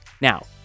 now